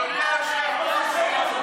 למה אתה יותר טוב